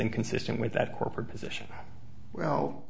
thing consistent with that corporate position well